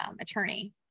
attorney